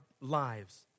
lives